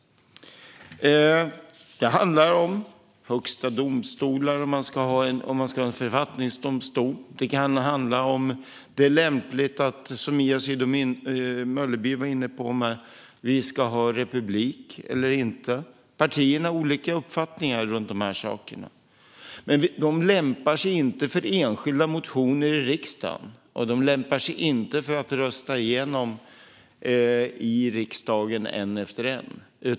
Det handlar om högsta domstolar eller huruvida man ska en författningsdomstol. Det kan handla om, som Mia Sydow Mölleby var inne på, om vi ska ha republik eller inte. Partierna har olika uppfattningar runt de här sakerna. Men de lämpar sig inte för enskilda motioner i riksdagen, och de lämpar sig inte att rösta igenom i riksdagen en efter en.